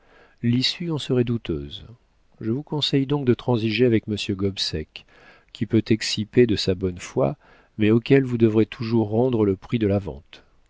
l'issue en serait douteuse je vous conseille donc de transiger avec monsieur gobseck qui peut exciper de sa bonne foi mais auquel vous devrez toujours rendre le prix de la vente